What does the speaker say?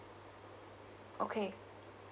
okay